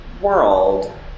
world